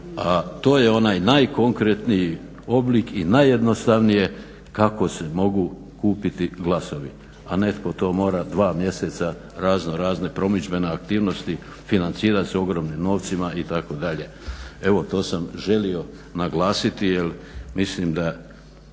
a to je onaj najkonkretniji oblik i najjednostavnije kako se mogu kupiti glasovi, a netko to mora dva mjeseca raznorazne promidžbene aktivnosti, financira se ogromnim novcima itd. Evo to sam želio naglasiti jer mislim da